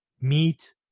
meet